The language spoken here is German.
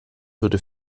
würde